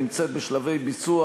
נמצאת בשלבי ביצוע,